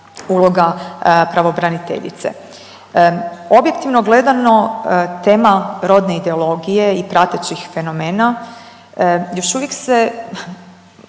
uloga pravobraniteljice. Objektivno gledano tema rodne ideologije i pratećih fenomena još uvijek se